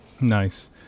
Nice